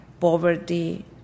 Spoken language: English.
poverty